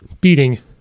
beating